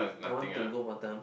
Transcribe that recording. I want to go Batam